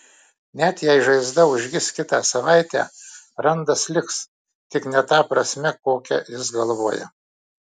net jei žaizda užgis kitą savaitę randas liks tik ne ta prasme kokia jis galvoja